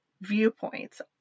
viewpoints